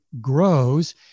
grows